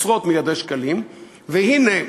והנה,